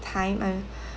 time I'm